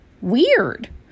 weird